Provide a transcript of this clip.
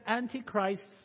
antichrist